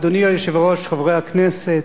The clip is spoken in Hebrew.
אדוני היושב-ראש, חברי הכנסת,